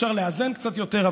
אפשר לאזן קצת יותר,